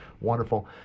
wonderful